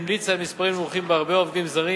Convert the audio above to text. המליצה על מספרים נמוכים בהרבה של עובדים זרים,